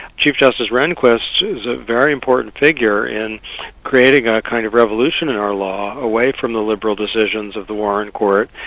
chief justice rehnqvist is a very important figure in creating a kind of revolution in our law away from the liberal decisions of the warren court,